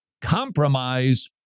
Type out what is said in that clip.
compromise